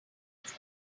its